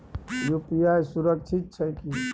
UPI सुरक्षित छै की?